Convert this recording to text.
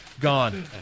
gone